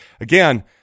again